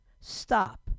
stop